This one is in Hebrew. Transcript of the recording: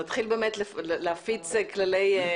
אני מבקש קודם כל באמת להודות על ההזדמנות